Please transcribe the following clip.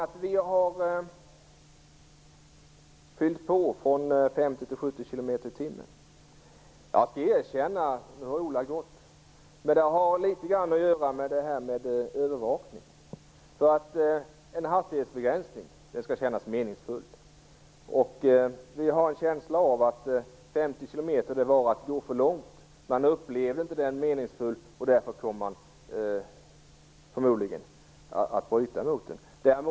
Att vi har höjt hastighetsgränsen från 50 kilometer i timmen till 70 kilometer i timmen kan jag erkänna har litet grand att göra med övervakningen. En hastighetsbegränsning skall kännas meningsfull. Vi har en känsla av att hastighetsgränsen 50 kilometer i timmen vore att gå för långt. Det skulle inte upplevas som meningsfullt. Därför skulle en sådan hastighetsgräns förmodligen överskridas.